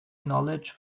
knowledge